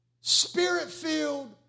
spirit-filled